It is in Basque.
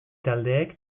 taldeek